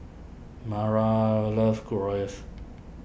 Mara loves Gyros